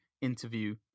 interview